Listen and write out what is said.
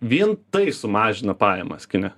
vien tai sumažina pajamas kine